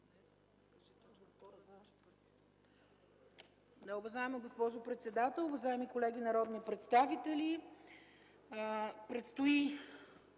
Уважаема госпожо председател, уважаеми колеги народни представители! Предстои